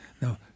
No